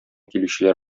килүчеләр